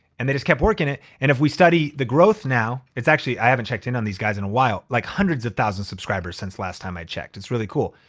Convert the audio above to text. and they just kept working it. and if we study the growth now it's actually, i haven't checked in on these guys in a while, like hundreds of thousand subscribers since last time i checked. it's really cool.